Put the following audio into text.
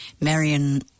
Marion